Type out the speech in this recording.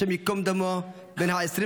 השם ייקום דמו, בן 22